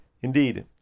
Indeed